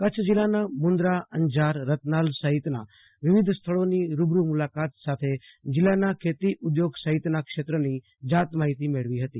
કચ્છ જિલ્લાના મુન્દ્રા અજાર રતનાલ સહિતના વિવિધ સ્થળોની રૂબરૂ મુલાકાત સાથે જિલ્લા ના ખેતી ઉધોગ સહિતના ક્ષેત્રનો જાત માહિતી મેળવી હતી